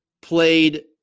played